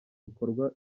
bikorwa